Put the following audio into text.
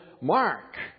mark